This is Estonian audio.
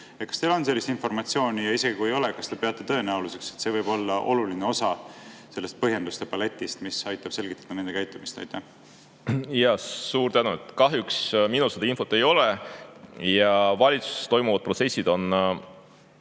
Kas teil on sellist informatsiooni? Ja isegi kui ei ole, kas te peate tõenäoliseks, et see võib olla oluline osa põhjenduste paletist, mis aitab selgitada nende käitumist? Suur tänu! Kahjuks minul seda infot ei ole ja valitsuses toimuvad protsessid on